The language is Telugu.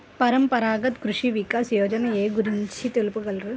పరంపరాగత్ కృషి వికాస్ యోజన ఏ గురించి తెలుపగలరు?